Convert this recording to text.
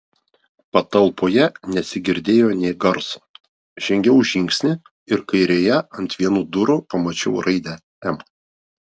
patalpoje nesigirdėjo nė garso žengiau žingsnį ir kairėje ant vienų durų pamačiau raidę m